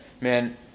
Man